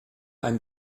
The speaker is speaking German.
ein